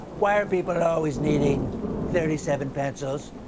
why are people always needing thirty seven pencils?